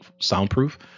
soundproof